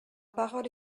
parole